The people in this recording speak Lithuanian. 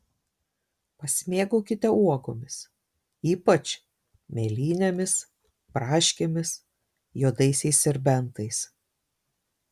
pasimėgaukite uogomis ypač mėlynėmis braškėmis juodaisiais serbentais